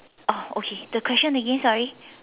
oh okay the question again sorry